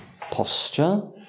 posture